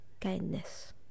kindness